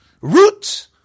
root